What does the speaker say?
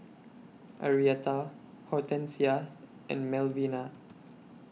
Arietta Hortensia and Melvina